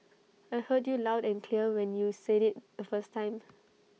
I heard you loud and clear when you said IT the first time